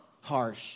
harsh